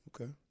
Okay